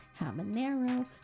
habanero